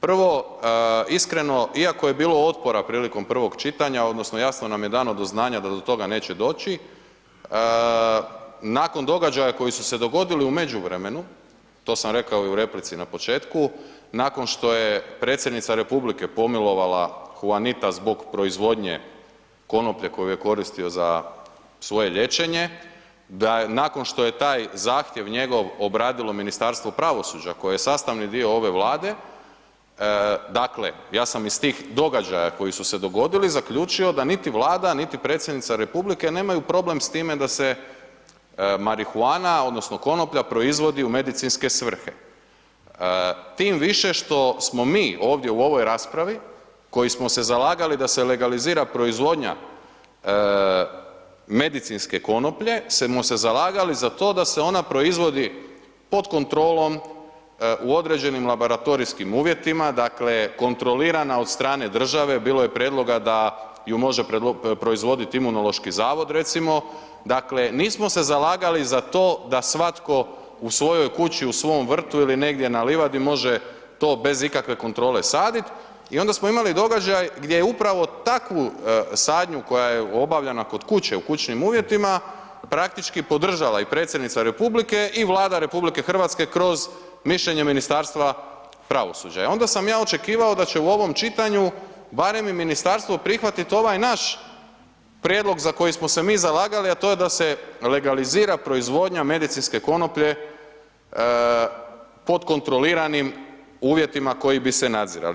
Prvo, iskreno, iako je bilo otpora prilikom prvog čitanja odnosno jasno nam je dano do znanja da do toga neće doći, nakon događaja koji su se dogodili u međuvremenu, to sam rekao i u replici na početku, nakon što je predsjednica RH pomilovala Huanita zbog proizvodnje konoplje koju je koristio za svoje liječenje, nakon što je taj zahtjev njegov obradilo Ministarstvo pravosuđa koje je sastavni dio ove Vlade, dakle, ja sam iz tih događaja koji su se dogodili, zaključio da niti Vlada, niti predsjednica RH, nemaju problem s time da se marihuana odnosno konoplja proizvodi u medicinske svrhe, tim više što smo mi ovdje u ovoj raspravi koji smo se zalagali da se legalizira proizvodnja medicinske konoplje, smo se zalagali za to da se ona proizvodi pod kontrolom u određenim laboratorijskim uvjetima, dakle, kontrolirana od strane države, bilo je prijedloga da ju može proizvoditi Imunološki zavod, recimo, dakle, nismo se zalagali za to da svatko u svojoj kući, u svom vrtu ili negdje na livadi, može to bez ikakve kontrole sadit i onda smo imali događaj gdje upravo takvu sadnju koja je obavljana kod kuće, u kućnim uvjetima, praktički podržala i predsjednica RH i Vlada RH kroz mišljenje Ministarstva pravosuđa i onda sam ja očekivao da će u ovom čitanju barem i ministarstvo prihvatit ovaj naš prijedlog za koji smo se mi zalagali, a to je da se legalizira proizvodnja medicinske konoplje pod kontroliranim uvjetima koji bi se nadzirali.